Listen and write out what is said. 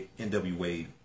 NWA